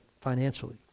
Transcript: financially